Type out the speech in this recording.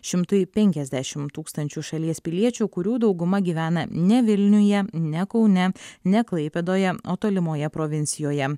šimtui penkiasdešim tūkstančių šalies piliečių kurių dauguma gyvena ne vilniuje ne kaune ne klaipėdoje o tolimoje provincijoje